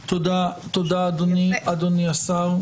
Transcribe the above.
תודה, אדוני השר.